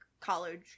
college